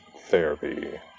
Therapy